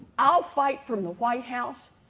i'll fight from the white house.